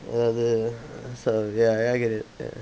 ya there so ya I get it ya